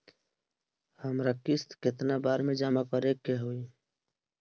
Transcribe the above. हमरा किस्त केतना बार में जमा करे के होई?